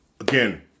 again